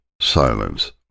silence